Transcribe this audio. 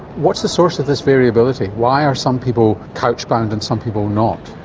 what's the source of this variability? why are some people couch bound and some people not?